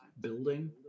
building